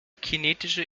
kinetische